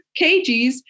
KGs